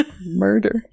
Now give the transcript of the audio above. murder